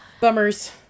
bummers